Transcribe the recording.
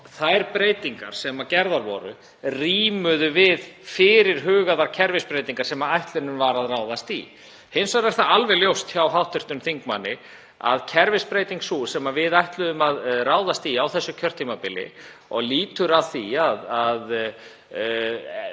Þær breytingar sem gerðar voru rímuðu við fyrirhugaðar kerfisbreytingar sem ætlunin var að ráðast í. Hins vegar er það alveg ljóst, eins og fram kemur hjá hv. þingmanni, að kerfisbreytingin sem við ætluðum að ráðast í á þessu kjörtímabili og lýtur að því að